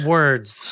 Words